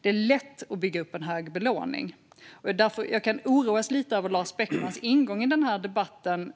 Det är lätt att bygga upp en hög belåning. Jag kan oroas lite över Lars Beckmans ingång i debatten.